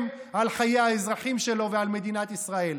על חיי האזרחים שלו ועל מדינת ישראל.